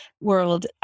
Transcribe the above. world